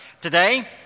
Today